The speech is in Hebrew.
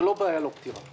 זה לא בעיה בלתי פתירה.